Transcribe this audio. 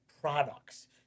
products